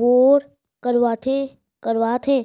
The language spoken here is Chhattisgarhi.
बोर करवात हे